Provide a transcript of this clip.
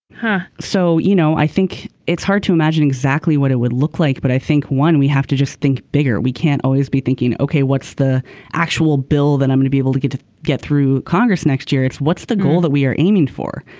huh. so you know i think it's hard to imagine exactly what it would look like. but i think one we have to just think bigger we can't always be thinking ok what's the actual bill that i'm gonna be able to get to get through congress next year. what's the goal that we are aiming for.